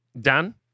Dan